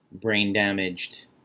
brain-damaged